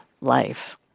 life